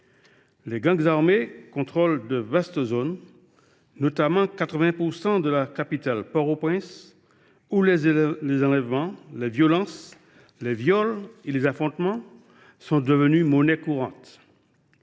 Les gangs armés contrôlent de vastes zones, notamment 80 % de la capitale, Port au Prince, où les enlèvements, les violences, les viols et les affrontements sont devenus monnaie courante.